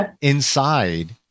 inside